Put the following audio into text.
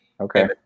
Okay